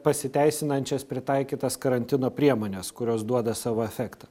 pasiteisinančias pritaikytas karantino priemones kurios duoda savo efektą